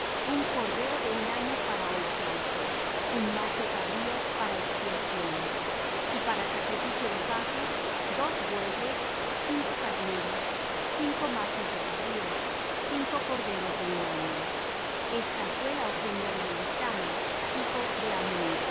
un cordero de un año para holocausto un macho cabrío para expiación y para sacrificio de paces dos bueyes cinco carneros cinco machos de cabrío cinco corderos de un año esta fué la ofrenda de elisama hijo de ammiud